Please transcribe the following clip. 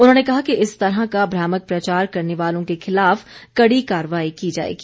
उन्होंने कहा कि इस तरह का भ्रामक प्रचार करने वालों के खिलाफ कड़ी कार्रवाई की जाएगी